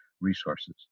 resources